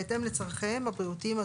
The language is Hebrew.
בהתאם לצרכיהם הבריאותיים.